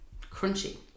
crunchy